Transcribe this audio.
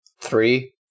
three